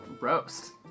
roast